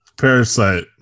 Parasite